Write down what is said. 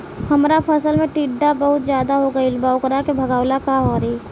हमरा फसल में टिड्डा बहुत ज्यादा हो गइल बा वोकरा के भागावेला का करी?